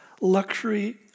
luxury